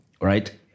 right